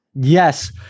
Yes